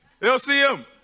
LCM